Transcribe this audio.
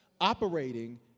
operating